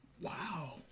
Wow